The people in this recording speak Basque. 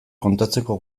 kontatzeko